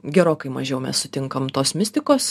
gerokai mažiau mes sutinkam tos mistikos